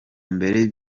mbere